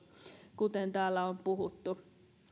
kuten täällä on puhuttu